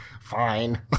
Fine